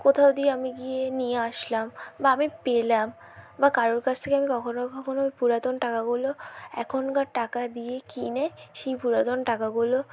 কোথাও দিয়ে আমি গিয়ে নিয়ে আসলাম বা আমি পেলাম বা কারোর কাছ থেকে আমি কখনও কখনও ওই পুরাতন টাকাগুলো এখনকার টাকা দিয়ে কিনে সেই পুরাতন টাকাগুলো